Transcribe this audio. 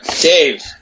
Dave